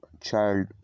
child